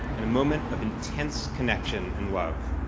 and a moment of intense connection and love.